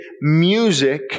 music